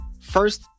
first